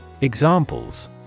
Examples